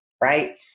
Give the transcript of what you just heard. right